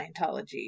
Scientology